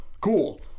Cool